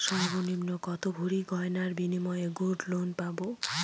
সর্বনিম্ন কত ভরি গয়নার বিনিময়ে গোল্ড লোন পাব?